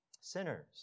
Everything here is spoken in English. Sinners